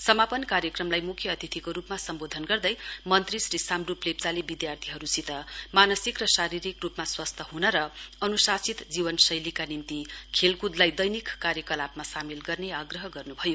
समापन कार्यक्रमलाई मुख्य अतिथिको रूपमा सम्बोधन गर्दै मन्त्री श्री साम्डुप लेप्चाले विद्यार्थीहरूसित मानसिक र शारीरिक रूपमा स्वस्थ हुन र अनुशासित जीवनशैलीका निम्ति खेलकुदलाई दैनिक कार्यकलापमा सामेल गर्ने आग्रह गर्नुभयो